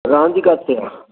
रहंदी किथे आहे